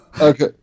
Okay